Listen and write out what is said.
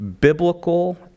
biblical